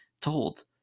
told